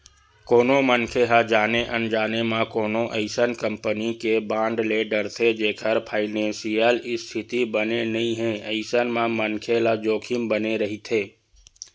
कोनो मनखे ह जाने अनजाने म कोनो अइसन कंपनी के बांड ले डरथे जेखर फानेसियल इस्थिति बने नइ हे अइसन म मनखे ल जोखिम बने रहिथे